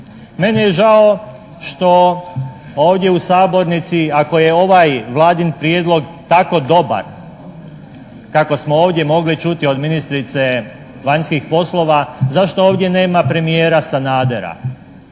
Meni je žao što ovdje u sabornici ako je ovaj Vladin prijedlog tako dobar kako smo ovdje mogli čuti od ministrice vanjskih poslova zašto ovdje nema premijera Sanadera.